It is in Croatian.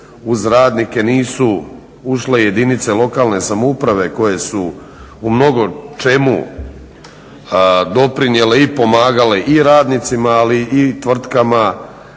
uz radnike nisu ušle jedinice lokalne samouprave koje su u mnogo čemu doprinijele i pomagale i radnicima ali i tvrtkama